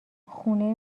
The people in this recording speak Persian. خونه